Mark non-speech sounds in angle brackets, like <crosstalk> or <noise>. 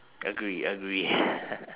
agree agree <laughs>